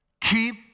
Keep